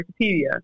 Wikipedia